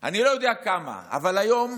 אני לא יודע כמה, אבל היום